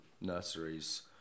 nurseries